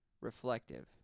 reflective